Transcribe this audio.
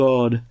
God